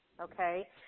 okay